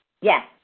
Yes